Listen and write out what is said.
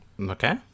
Okay